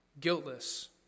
Guiltless